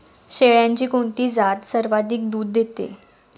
शेळ्यांची कोणती जात सर्वाधिक दूध देते?